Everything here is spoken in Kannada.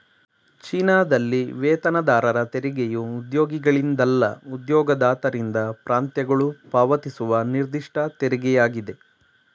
ಚೀನಾದಲ್ಲಿ ವೇತನದಾರರ ತೆರಿಗೆಯು ಉದ್ಯೋಗಿಗಳಿಂದಲ್ಲ ಉದ್ಯೋಗದಾತರಿಂದ ಪ್ರಾಂತ್ಯಗಳು ಪಾವತಿಸುವ ನಿರ್ದಿಷ್ಟ ತೆರಿಗೆಯಾಗಿದೆ